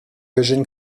eugène